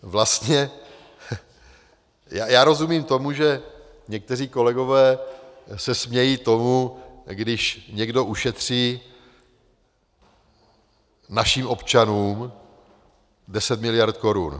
Vlastně já rozumím tomu, že někteří kolegové se smějí tomu, když někdo ušetří našim občanům 10 miliard korun.